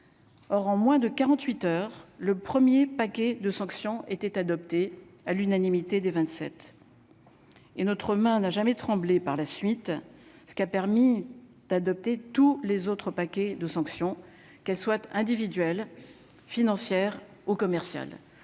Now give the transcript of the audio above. or en moins de 48 heures, le premier paquet de sanctions était adopté à l'unanimité des 27 et notre main n'a jamais tremblé par la suite, ce qui a permis d'adopter tous les autres paquets de sanctions qu'elle souhaite individuelles financière ou commercial,